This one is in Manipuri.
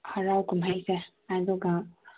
ꯍꯔꯥꯎ ꯀꯨꯝꯍꯩꯁꯦ ꯑꯗꯨꯒ